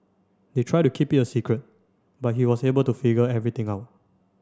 they tried to keep it a secret but he was able to figure everything out